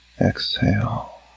exhale